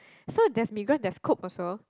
so there's Migros there is Coop also